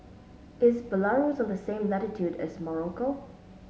is Belarus on the same latitude as Morocco